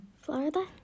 Florida